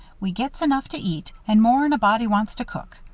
we gets enough to eat and more'n a body wants to cook.